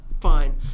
Fine